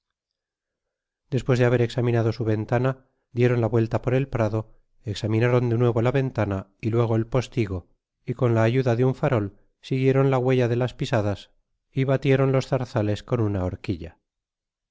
despues de haber examinado su ventana dieron la vuelta por el prado examinaron de nuevo la ventana y luego el postigo y con la ayuda de un farol siguieron la huella de las pisadas y batieron los zarsales con una orquilla